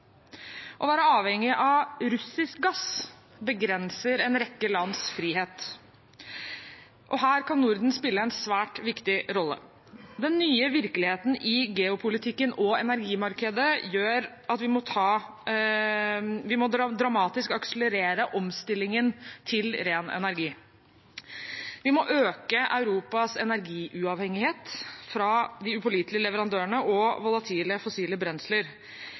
Å være avhengige av russisk gass begrenser en rekke lands frihet, og her kan Norden spille en svært viktig rolle. Den nye virkeligheten i geopolitikken og energimarkedet gjør at vi dramatisk må akselerere omstillingen til ren energi. Vi må øke Europas energiuavhengighet fra de upålitelige leverandørene og volatile fossile brensler.